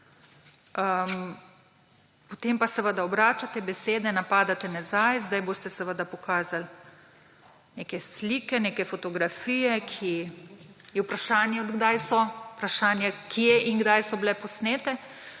potem pa obračate besede, napadate nazaj. Zdaj boste seveda pokazali neke slike, neke fotografije, je vprašanje, od kdaj so, vprašanje je, kje in kdaj so bile posnete,